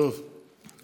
טיפלת בזה.